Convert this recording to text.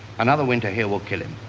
another winter here will kill him.